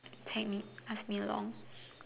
tammy ask me along